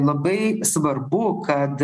labai svarbu kad